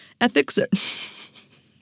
Ethics